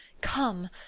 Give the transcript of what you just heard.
Come